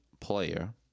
player